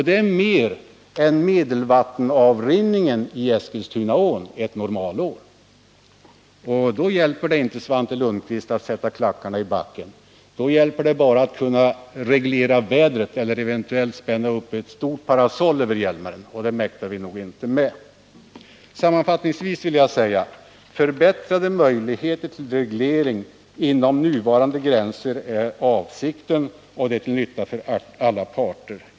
Det är mer än medelvattenavrinningen i Eskilstunaån ett normalår. Då hjälper det inte att sätta klackarna i backen, Svante Lundkvist — då gäller det att kunna reglera vädret eller eventuellt ställa upp ett stort parasoll över Hjälmaren, och det mäktar vi nog inte. Sammanfattningsvis vill jag säga: Förbättrade möjligheter till reglering inom nuvarande gränser är avsikten, och det är till nytta för alla parter.